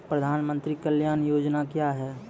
प्रधानमंत्री कल्याण योजना क्या हैं?